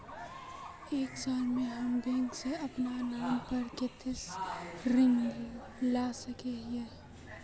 एक साल में हम बैंक से अपना नाम पर कते ऋण ला सके हिय?